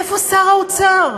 איפה שר האוצר?